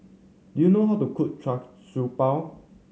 do you know how to cook char siew bao